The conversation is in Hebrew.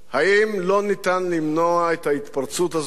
האם לא ניתן למנוע את ההתפרצות הזאת,